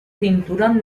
cinturón